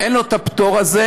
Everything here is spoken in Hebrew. אין לו הפטור הזה